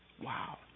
wow